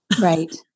Right